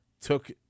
took